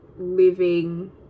living